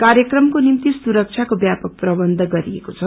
कार्यक्रमको निमित सुरक्षाको व्लपक प्रवन्ध गरिएको छ